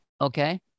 okay